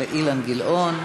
לאילן גילאון.